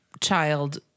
child